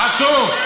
חצוף.